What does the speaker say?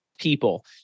people